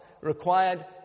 required